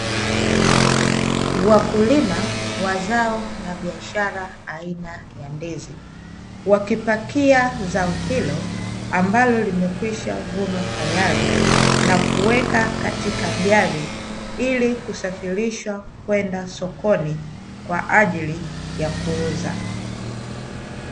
Wakulima wa zao la biashara aina ya ndizi, wakipakia zao hilo ambalo limekwishavunwa tayari na kuweka katika gari ili kusafirishwa kwenda sokoni kwa ajili ya kuuza.